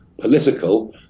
political